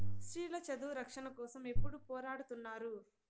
స్త్రీల చదువు రక్షణ కోసం ఎప్పుడూ పోరాడుతున్నారు